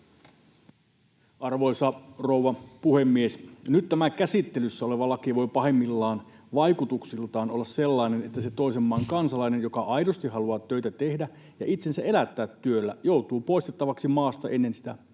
kansalaisilla. Nyt tämä käsittelyssä oleva laki voi pahimmillaan vaikutuksiltaan olla sellainen, että se toisen maan kansalainen, joka aidosti haluaa töitä tehdä ja itsensä elättää työllä, joutuu poistettavaksi maasta ennen sitä työllistymistä.